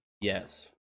yes